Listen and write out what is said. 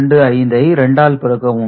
625 ஐ 2 ஆல் பெருக்கவும்